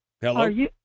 Hello